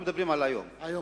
אנחנו מדברים על היום,